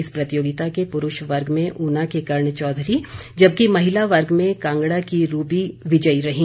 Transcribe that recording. इस प्रतियोगिता के पुरूष वर्ग में ऊना के कर्ण चौधरी जबकि महिला वर्ग में कांगड़ा की रूबी विजयी रहीं